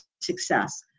success